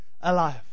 alive